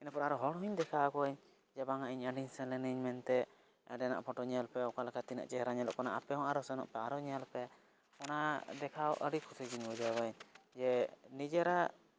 ᱤᱱᱟᱹ ᱯᱚᱨ ᱟᱨᱦᱚᱸ ᱦᱚᱲ ᱦᱩᱧ ᱫᱮᱠᱷᱟᱣᱟᱠᱚᱣᱟᱹᱧ ᱡᱮ ᱵᱟᱝᱼᱟ ᱤᱧ ᱚᱸᱰᱮᱧ ᱥᱮᱱᱞᱮᱱᱟ ᱢᱮᱱᱛᱮ ᱚᱸᱰᱮᱱᱟᱜ ᱯᱷᱚᱴᱳ ᱧᱮᱞᱯᱮ ᱚᱠᱟᱞᱮᱠᱟ ᱛᱤᱱᱟᱹᱜ ᱪᱮᱦᱨᱟ ᱧᱮᱞᱚᱜ ᱠᱟᱱᱟ ᱟᱯᱮᱦᱚᱸ ᱟᱨᱦᱚᱸ ᱥᱮᱱᱚᱜ ᱯᱮ ᱟᱨᱚ ᱧᱮᱞᱯᱮ ᱚᱱᱟ ᱫᱮᱠᱷᱟᱣ ᱟᱹᱰᱤ ᱠᱩᱥᱤᱜᱤᱧ ᱵᱩᱡᱷᱟᱹᱣᱟᱹᱧ ᱡᱮ ᱱᱤᱡᱮᱨᱟᱜ